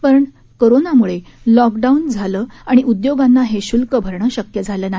परंतु कोरोनामुळे लॉकडाऊन झाले आणि उद्योगांना हे शुल्क भरणे शक्य झाले नाही